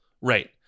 Right